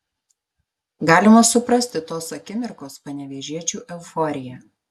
galima suprasti tos akimirkos panevėžiečių euforiją